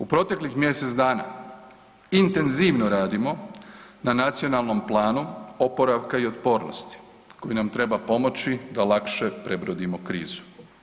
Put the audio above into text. U proteklih mjesec dana intenzivno radimo na nacionalnom planu oporavka i otpornosti koji nam treba pomoći da lakše prebrodimo krizu.